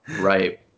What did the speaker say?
Right